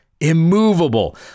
immovable